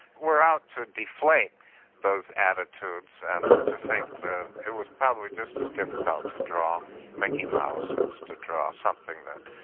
were out to deflate those attitudes, and to think that it was probably just as difficult to draw mickey mouse as to draw something that,